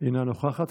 אינה נוכחת.